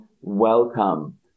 welcome